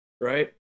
right